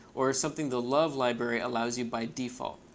or something the love library allows you by default?